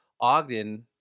Ogden